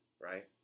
Right